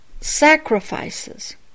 Sacrifices